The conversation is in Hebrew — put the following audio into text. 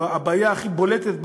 או הבעיה הכי בולטת,